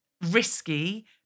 risky